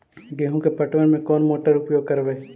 गेंहू के पटवन में कौन मोटर उपयोग करवय?